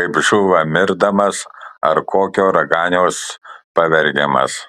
kaip žūva mirdamas ar kokio raganiaus pavergiamas